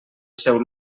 seu